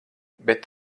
bet